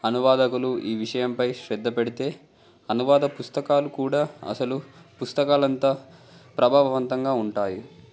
అనువాదకులు ఈ విషయంపై శ్రద్ధ పెడితే అనువాద పుస్తకాలు కూడా అసలు పుస్తకాలు అంతా ప్రభావవంతంగా ఉంటాయి